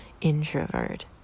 introvert